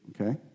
Okay